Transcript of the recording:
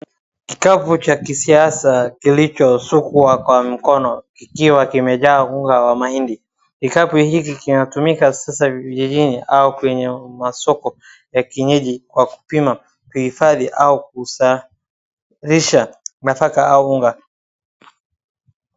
Kikapu cha kisasa kilichosukwa kwa mkono, kikiwa kimejaa unga wa mahindi. Kikapu hiki kinatumika sasa vijini au kwenye masoko ya kienyeji kwa kupima, kuhifadhi au kusawazisha nafaka au unga.